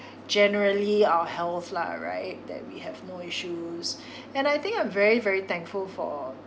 generally our health lah right that we have no issues and I think I'm very very thankful for